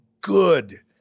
good